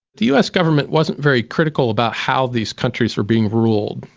the us government wasn't very critical about how these countries were being ruled.